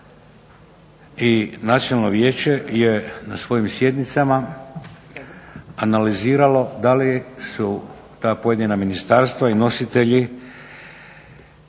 i Nacionalno vijeće je na svojim sjednicama analiziralo da li su ta pojedina ministarstva i nositelji